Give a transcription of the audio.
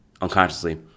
unconsciously